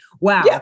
wow